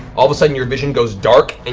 all of a sudden, your vision goes dark. and